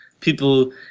people